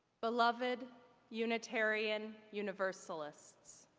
beloved unitarian universalists!